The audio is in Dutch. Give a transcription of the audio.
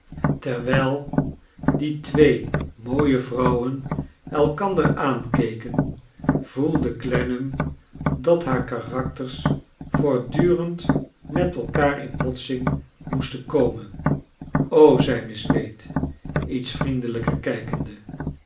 terwijl die twee mooie vxouwen elkander aankeken voelde clennam dat haar karakters voortdurend met elkaar in botsing moesten komen zij miss wade lets vriendelijker kijkende